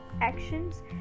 actions